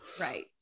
Right